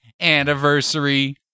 anniversary